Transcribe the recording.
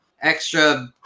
Extra